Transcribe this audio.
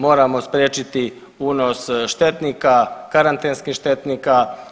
Moramo spriječiti unos štetnika, karantenskih štetnika.